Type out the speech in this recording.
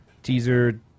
Teaser